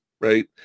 right